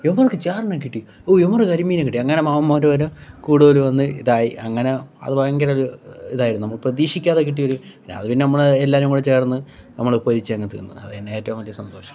ഇവന്മാർക്ക് ചേറിനെ കിട്ടി ഓ ഇവന്മാർക്ക് കരിമീനെ കിട്ടി അങ്ങനെ മാമന്മാർ വരുവാ കൂടുതൽ വന്ന് ഇതായി അങ്ങനെ അത് ഭയങ്കര ഒരു ഇതായിരുന്നു നമ്മൾ പ്രതീക്ഷിക്കാതെ കിട്ടിയൊരു അത് പിന്നെ നമ്മൾ എല്ലാരും കൂടെ ചേർന്ന് നമ്മൾ പൊരിച്ച് അങ്ങ് തിന്ന് അത് തന്നെ ഏറ്റവും വലിയ സന്തോഷം